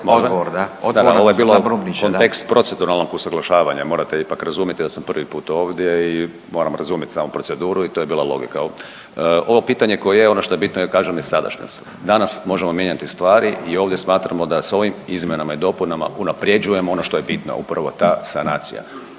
odgovor da, odgovor na Brumnića. **Bujanović, Hrvoje** Da, da, ovo je bio kontekst proceduralnog usuglašavanja, morate ipak razumjeti da sam prvi put ovdje i moram razumjeti samu proceduru i to je bila logika jel. Ovo pitanje koje je ono što je bitno kažem je sadašnjost. Danas možemo mijenjati stvari i ovdje smatramo da s ovim izmjenama i dopunama unaprjeđujemo ono što je bitno. Upravo ta sanacija.